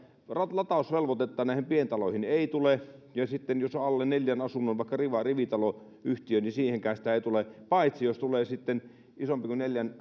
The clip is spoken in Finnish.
latausvelvoitetta pientaloihin ei tule ja sitten jos on alle neljän asunnon yhtiö vaikka rivitaloyhtiö niin siihenkään sitä ei tule paitsi jos on isompi kuin neljän